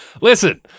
Listen